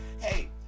hey